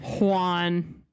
Juan